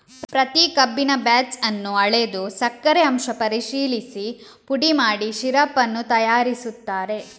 ಪ್ರತಿ ಕಬ್ಬಿನ ಬ್ಯಾಚ್ ಅನ್ನು ಅಳೆದು ಸಕ್ಕರೆ ಅಂಶ ಪರಿಶೀಲಿಸಿ ಪುಡಿ ಮಾಡಿ ಸಿರಪ್ ಅನ್ನು ತಯಾರಿಸುತ್ತಾರೆ